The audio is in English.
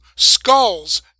Skulls